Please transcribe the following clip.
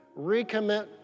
recommit